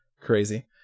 Crazy